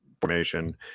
formation